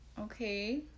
okay